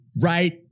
right